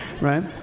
Right